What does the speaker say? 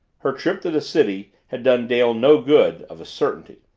her trip to the city had done dale no good, of a certainty.